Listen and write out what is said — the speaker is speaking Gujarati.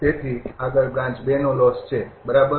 તેથી આગળ બ્રાન્ચ નો લોસ છે બરાબર